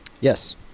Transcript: Yes